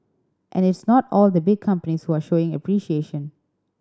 and it's not all the big companies who are showing appreciation